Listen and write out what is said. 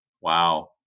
Wow